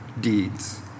deeds